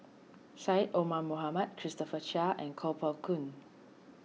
Syed Omar Mohamed Christopher Chia and Kuo Pao Kun